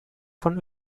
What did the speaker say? von